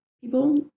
people